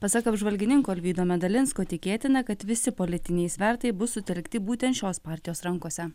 pasak apžvalgininko alvydo medalinsko tikėtina kad visi politiniai svertai bus sutelkti būtent šios partijos rankose